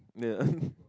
yeah